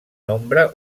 nombre